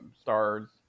stars